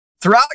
throughout